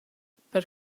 per